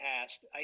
past